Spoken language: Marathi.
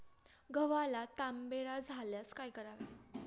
गव्हाला तांबेरा झाल्यास काय करावे?